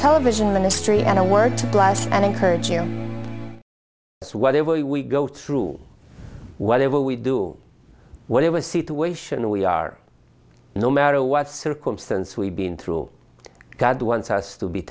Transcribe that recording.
television ministry and i want to blast and encourage him whatever we go through whatever we do whatever situation we are no matter what circumstance we been through god wants us to be